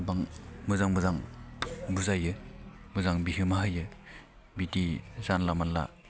गोबां मोजां मोजां बुजायो मोजां बिहोमा होयो बिदि जानला मोनला